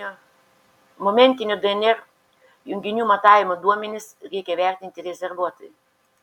momentinio dnr junginių matavimo duomenis reikia vertinti rezervuotai